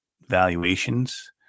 valuations